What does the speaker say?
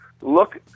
look